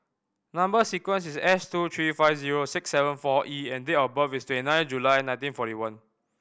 number sequence is S two three five zero six seven four E and date of birth is twenty nine July nineteen forty one